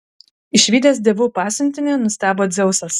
išvydęs dievų pasiuntinį nustebo dzeusas